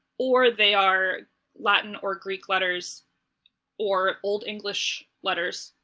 or they are latin or greek letters or old english letters